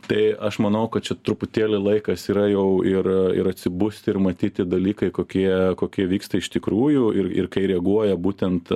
tai aš manau kad čia truputėlį laikas yra jau ir ir atsibusti ir matyti dalykai kokie kokie vyksta iš tikrųjų ir ir kaip reaguoja būtent